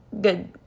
good